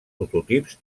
prototips